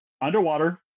Underwater